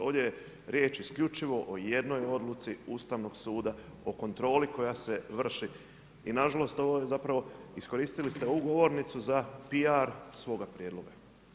Ovdje riječi isključivo o jednoj odluci Ustavnog suda o kontroli koja se vrši i nažalost ovo je zapravo iskoristili ste ovu govornicu za PR svoga prijedloga.